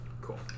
Cool